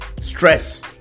stress